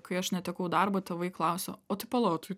kai aš netekau darbo tėvai klausia o tai pala o tai